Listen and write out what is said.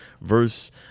verse